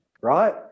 right